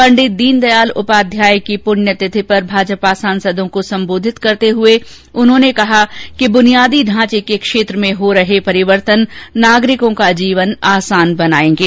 पंडित दीनदयाल उपाध्याय की पृण्यतिथि पर भाजपा सांसदों को संवोधित करते हुए उन्होंने कहा कि बनियादी ढांचे के क्षेत्र में हो रहे परिवर्तन नागरिकों का जीवन आसान बनायेंगे